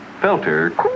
Filter